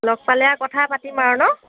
লগ পালে আৰু কথা পাতিম আৰু ন